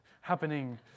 happening